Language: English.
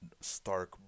stark